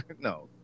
no